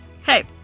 Hey